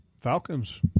Falcons